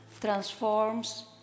transforms